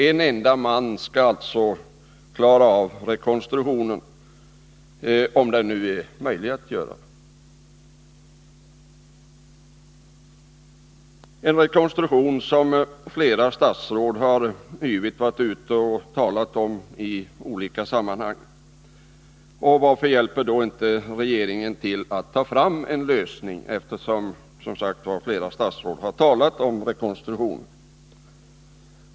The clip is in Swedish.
En enda man skall alltså klara en rekonstruktion — om den nu är möjlig att göra — som flera statsråd varit ute och yvigt talat om i olika sammanhang. Varför hjälper inte regeringen till med att ta fram en lösning, när nu flera statsråd har talat om rekonstruktion?